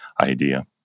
idea